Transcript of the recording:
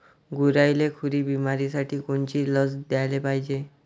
गुरांइले खुरी बिमारीसाठी कोनची लस द्याले पायजे?